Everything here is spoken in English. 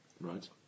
right